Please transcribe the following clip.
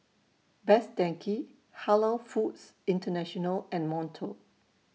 Best Denki Halal Foods International and Monto